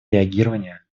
реагирования